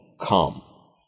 come